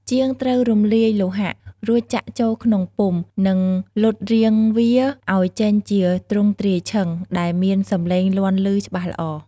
ជាងត្រូវរំលាយលោហៈ រួចចាក់ចូលក្នុងពុម្ព និងលត់រាងវាឲ្យចេញជាទ្រង់ទ្រាយឈិង ដែលមានសម្លេងលាន់ឮច្បាស់ល្អ។